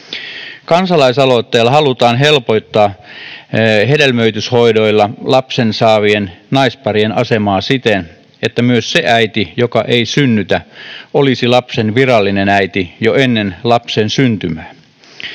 Kansalaisaloitteella halutaan helpottaa hedelmöityshoidoilla lapsen saavien naisparien asemaa siten, että myös se äiti, joka ei synnytä, olisi lapsen virallinen äiti jo ennen lapsen syntymää.